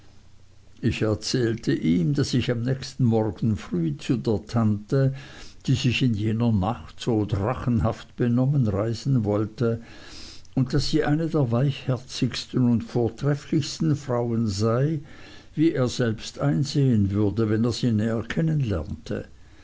ich erzählte ihm daß ich am nächsten morgen früh zu der tante die sich in jener nacht so drachenhaft benommen reisen wollte und daß sie eine der weichherzigsten und vortrefflichsten frauen sei wie er selbst einsehen würde wenn er sie näher